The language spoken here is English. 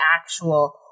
actual